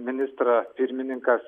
ministrą pirmininkas